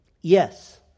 Yes